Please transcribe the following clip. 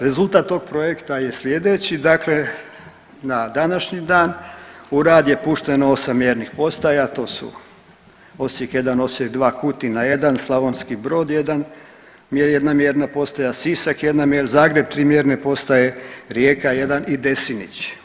Rezultat tog projekta je slijedeći, dakle na današnji dan u rad je pušteno 8 mjernih postaja to su Osijek 1, Osijek 2, Kutina 1, Slavonski Brod 1 jedna mjerna postaja, Sisak jedna mjerna, Zagreb 3 mjerne postaje, Rijeka 1 i Desinić.